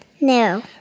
No